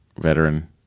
veteran